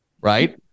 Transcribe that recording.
Right